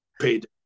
paid